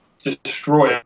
destroy